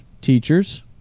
teachers